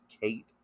Kate